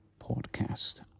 Podcast